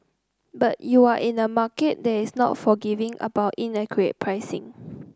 but you're in the market that's not forgiving about inaccurate pricing